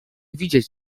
widzieć